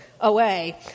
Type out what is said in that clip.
away